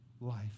life